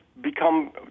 become